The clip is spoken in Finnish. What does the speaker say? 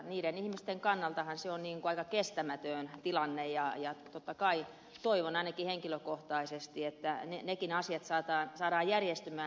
niiden ihmisten kannaltahan se on aika kestämätön tilanne ja totta kai toivon ainakin henkilökohtaisesti että nekin asiat saadaan järjestymään